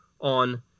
on